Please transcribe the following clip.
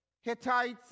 Hittites